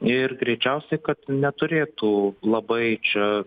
ir greičiausiai kad neturėtų labai čia